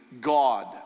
God